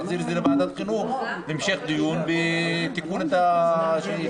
להחזיר את לוועדת החינוך להמשך דיון והתיקון שהצעתי.